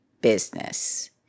business